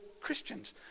Christians